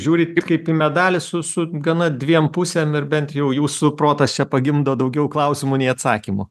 žiūrit į kaip į medalį su su gana dviem pusėm ir bent jau jūsų protas čia pagimdo daugiau klausimų nei atsakymų